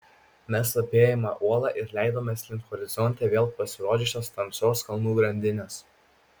mes apėjome uolą ir leidomės link horizonte vėl pasirodžiusios tamsios kalnų grandinės